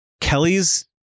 kelly's